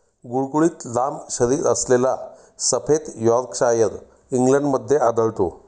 गुळगुळीत लांब शरीरअसलेला सफेद यॉर्कशायर इंग्लंडमध्ये आढळतो